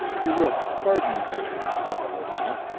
you will pardon me, gentlemen, said the lieutenant.